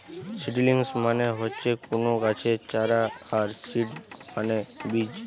seedlings মানে হচ্ছে কুনো গাছের চারা আর সিড মানে বীজ